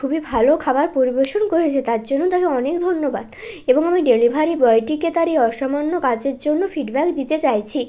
খুবই ভালো খাবার পরিবেশন করেছে তার জন্য তাকে অনেক ধন্যবাদ এবং আমি ডেলিভারি বয়টিকে তার এই অসামান্য কাজের জন্য ফিডব্যাক দিতে চাইছি